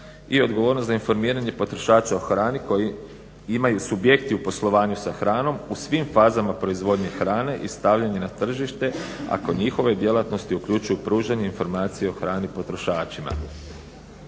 i odgovornost za informiranje potrošača o hrani koji imaju subjekti u poslovanju sa hranom u svim fazama od proizvodnje hrane i stavljanje na tržište ako njihove djelatnosti uključuju pružanje informacije o hrani potrošačima.